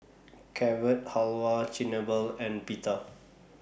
Carrot Halwa Chigenabe and Pita